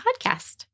podcast